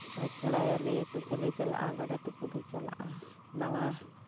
ᱪᱷᱚᱸᱪ ᱪᱷᱚᱲᱟᱭᱟᱞᱮ ᱛᱩᱯᱩᱞᱮ ᱪᱟᱞᱟᱜᱼᱟ ᱜᱟᱰᱟ ᱛᱩᱯᱩᱞᱮ ᱪᱟᱞᱟᱜᱼᱟ ᱱᱟᱣᱟ